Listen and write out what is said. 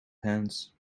hands